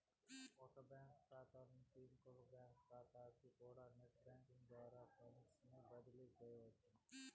ఒక బ్యాంకు కాతా నుంచి ఇంకో బ్యాంకు కాతాకికూడా నెట్ బ్యేంకింగ్ ద్వారా ఫండ్సుని బదిలీ సెయ్యొచ్చును